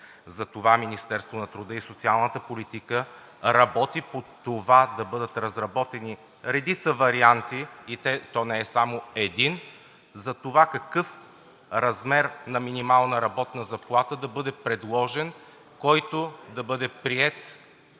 Министерството на труда и социалната политика работи по това да бъдат разработени редица варианти, и то не само един, за това какъв размер на минимална работна заплата да бъде предложен, който да бъде приет